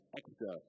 extra